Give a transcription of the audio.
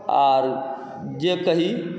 आओर जे कही